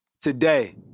today